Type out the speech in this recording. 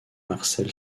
marcel